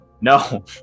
No